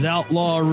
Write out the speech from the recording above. Outlaw